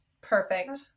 Perfect